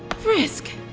frisk!